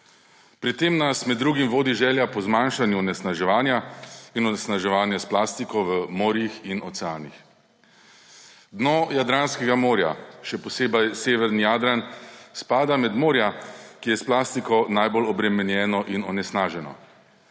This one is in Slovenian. Pri tem nas med drugim vodi želja po zmanjšanju onesnaževanja in onesnaževanja s plastiko v morjih in oceanih. Dno Jadranskega morja, še posebej severni Jadran, spada med morja, ki je s plastiko najbolj obremenjeno in onesnaženo.